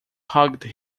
hugged